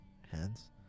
hands